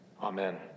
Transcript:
Amen